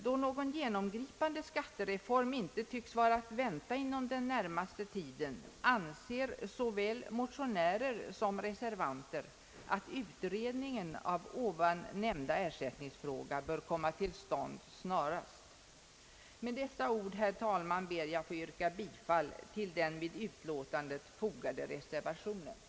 Då någon genomgripande skattereform inte tycks vara att vänta inom den närmaste tiden, anser såväl motionärer som reservanter att utredningen av ovan nämnda ersättningsfråga bör komma till stånd snarast. Med dessa ord, herr talman, ber jag att få yrka bifall till den vid utlåtandet fogade reservationen.